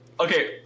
Okay